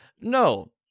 No